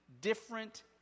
different